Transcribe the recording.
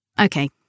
Okay